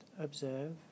observe